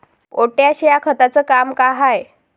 Potash या खताचं काम का हाय?